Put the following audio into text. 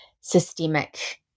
systemic